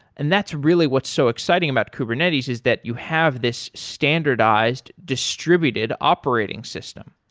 and that's really what's so exciting about kubernetes is that you have this standardized distributed operating system,